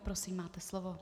Prosím, máte slovo.